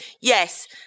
Yes